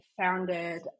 founded